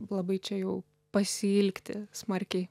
labai čia jau pasiilgti smarkiai